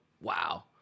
wow